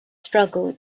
struggle